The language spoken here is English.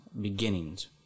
beginnings